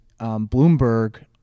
Bloomberg